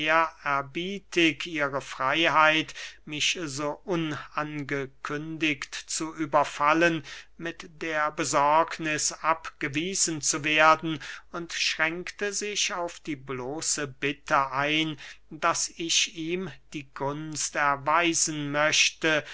ihre freyheit mich so unangekündigt zu überfallen mit der besorgniß abgewiesen zu werden und schränkte sich auf die bloße bitte ein daß ich ihm die gunst erweisen möchte